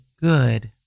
good